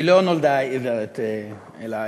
היא לא נולדה עיוורת, אלא